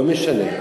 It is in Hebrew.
לא משנה.